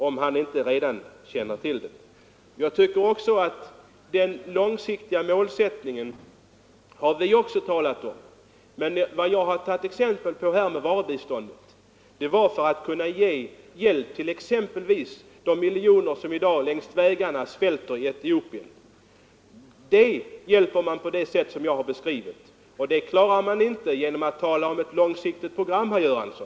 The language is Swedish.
Vi har också talat om den långsiktiga målsättningen. Men jag har med mitt exempel avseende varubiståndet velat visa vad man kan göra för att ge hjälp åt exempelvis de miljoner som i dag svälter längs vägarna i Etiopien. Dessa människor kan man hjälpa på det sätt som jag beskrivit, och det klarar man inte genom att tala om ett långsiktigt program, herr Göransson.